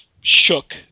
shook